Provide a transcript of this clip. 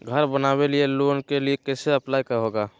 घर बनावे लिय लोन के लिए कैसे अप्लाई होगा?